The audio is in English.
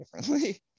differently